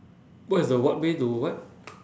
what is the what way to what